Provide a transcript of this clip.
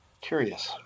Curious